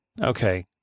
Okay